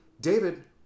David